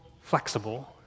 flexible